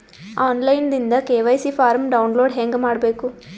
On line ದಿಂದ KYC form download ಹೇಂಗ ಮಾಡಬೇಕು?